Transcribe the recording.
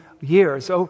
years